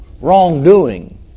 wrongdoing